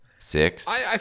Six